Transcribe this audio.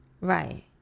right